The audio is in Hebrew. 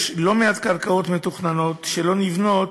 "יש לא מעט קרקעות מתוכננות שלא נבנות